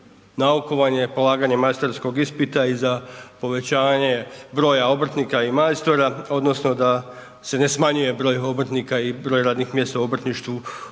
naukovanje, polaganje majstorskog ispita i za povećavanje broja obrtnika i majstora odnosno da se ne smanjuje broj obrtnika i broj radnih mjesta u obrtništvu